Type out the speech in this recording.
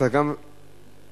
אתה משיב בשם שר הביטחון.